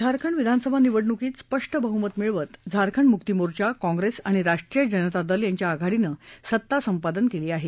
झारखंड विधानसभा निवडणुकीत स्पष्ट बह्मत मिळवत झारखंड मुक्ती मोर्चा काँग्रेस आणि राष्ट्रीय जनता दला यांच्या आघाडीनं सत्ता संपादन केली आहे